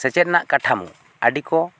ᱥᱮᱪᱮᱫ ᱨᱮᱱᱟᱜ ᱠᱟᱴᱷᱟᱢᱚ ᱟᱹᱰᱤ ᱠᱚ